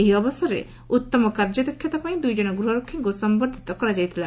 ଏହି ଅବସରରେ ଉତ୍ତମ କାର୍ଯ୍ୟଦକ୍ଷତା ପାଇଁ ଦୁଇ ଜଶ ଗୃହରକ୍ଷୀଙ୍କୁ ସମ୍ମଦ୍ଧିତ କରାଯାଇଥିଲା